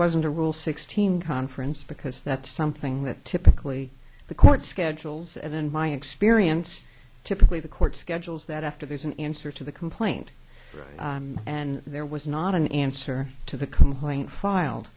wasn't a rule sixteen conference because that's something that typically the court schedules and in my experience typically the court schedules that after there's an answer to the complaint and there was not an answer to the complaint filed